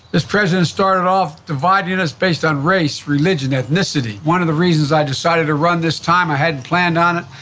this president started off dividing us based on race, religion, ethnicity. one of the reasons i decided to run this time, i hadn't planned on it,